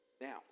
Now